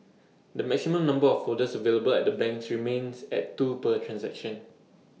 the maximum number of folders available at the banks remains at two per transaction